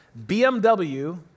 BMW